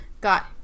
got